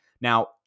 Now